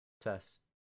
Test